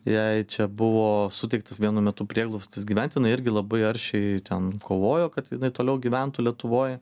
jai čia buvo suteiktas vienu metu prieglobstis gyvent jinai irgi labai aršiai ten kovojo kad jinai toliau gyventų lietuvoj